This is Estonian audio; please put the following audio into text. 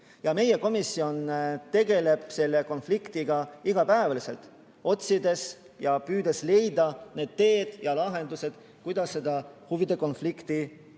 Meie komisjon tegeleb selle konfliktiga iga päev, otsides ja püüdes leida neid teid ja lahendusi, kuidas seda huvide konflikti lahendada.